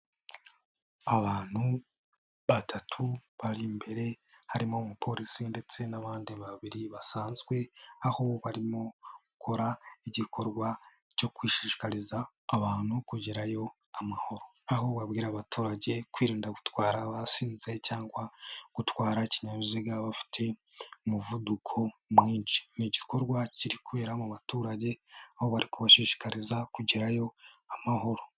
Abantu batatu bari imbere harimo umupolisi ndetse n'abandi babiri basanzwe aho barimo gukora igikorwa cyo gushishikariza abantu kugerayo amahoro, aho babwira abaturage kwirinda gutwara basinze cyangwa gutwara ikinyabiziga bafite umuvuduko mwinshi, ni igikorwa kiri kubera mu baturage aho bari kubashishikariza kugerayo amahoro.